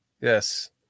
Yes